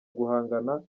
guhangana